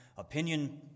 opinion